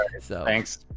thanks